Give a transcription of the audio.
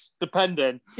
depending